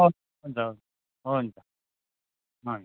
हुन्छ हुन्छ हुन्छ हुन्छ हुन्छ